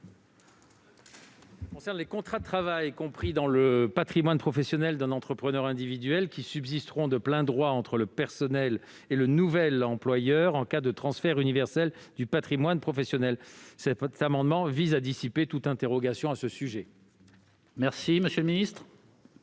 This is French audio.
rapporteur. Les contrats de travail compris dans le patrimoine professionnel d'un entrepreneur individuel subsisteront de plein droit entre le personnel et le nouvel employeur en cas de transfert universel du patrimoine professionnel. Cet amendement vise à dissiper toute interrogation à ce sujet. Quel est l'avis